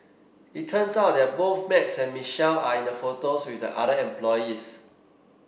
it turns out that both Max and Michelle are in the photos with the other employees